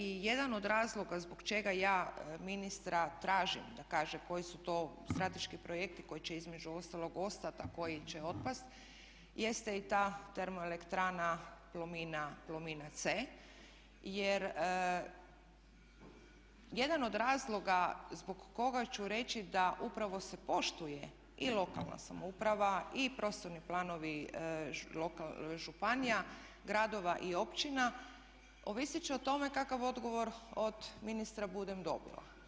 I jedan od razloga zbog čega ja ministra tražim da kaže koji su to strateški projekti koji će između ostalog ostat, a koji će otpast jeste i ta termoelektrana Plomina C. Jer jedan od razloga zbog koga ću reći da upravo se poštuje i lokalna samouprava i prostorni planovi županija, gradova i općina ovisit će o tome kakav odgovor od ministra budem dobila.